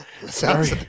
Sorry